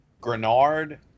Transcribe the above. Grenard